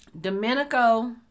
Domenico